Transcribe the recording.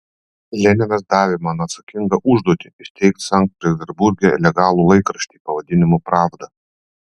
leninas davė man atsakingą užduotį įsteigti sankt peterburge legalų laikraštį pavadinimu pravda